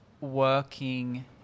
working